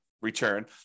return